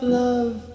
love